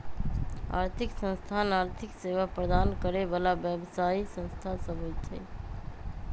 आर्थिक संस्थान आर्थिक सेवा प्रदान करे बला व्यवसायि संस्था सब होइ छै